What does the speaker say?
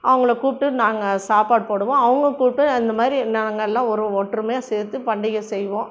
அவங்கள கூப்பிடு நாங்கள் சாப்பாடு போடுவோம் அவங்க கூப்பிட்டு அந்தமாதிரி நாங்களாம் ஒரு ஒற்றுமையாக சேர்த்து பண்டிகை செய்வோம்